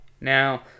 Now